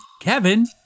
Kevin